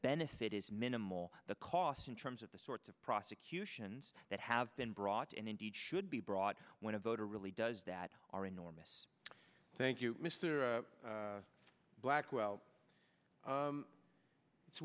benefit is minimal the cost in terms of the sorts of prosecutions that have been brought and indeed should be brought when a voter really does that are enormous thank you mr blackwell it's